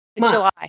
July